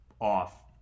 off